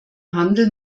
handel